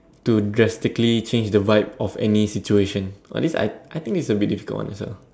to drastically change the vibe of any situation !wow! this I I think it's a bit difficult one as well